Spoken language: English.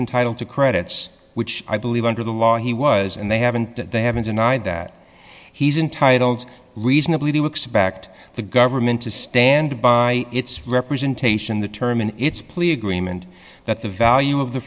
entitled to credits which i believe under the law he was and they haven't that they haven't denied that he's entitled reasonably do expect the government to stand by its representation the term in its plea agreement that the value of the